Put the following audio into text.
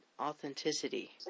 authenticity